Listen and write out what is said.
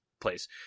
place